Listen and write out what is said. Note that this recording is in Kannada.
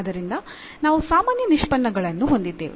ಆದ್ದರಿಂದ ನಾವು ಸಾಮಾನ್ಯ ನಿಷ್ಪನ್ನಗಳನ್ನು ಹೊಂದಿದ್ದೇವೆ